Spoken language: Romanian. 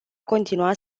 continua